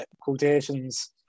quotations